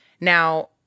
Now